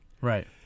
Right